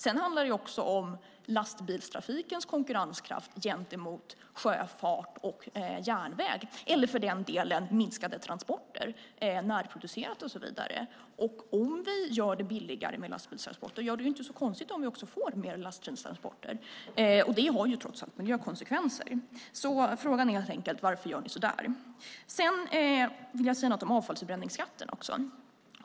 Det handlar även om lastbilstrafikens konkurrenskraft gentemot sjöfart och järnväg, eller, för den delen, minskade transporter på grund av närproducerat och så vidare. Om vi gör det billigare med lastbilstransporter är det inte så konstigt om vi också får mer lastbilstransporter. Och det har trots allt miljökonsekvenser. Frågan är helt enkelt: Varför gör ni så? Låt mig även säga något om avfallsförbränningsskatten.